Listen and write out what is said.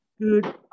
Good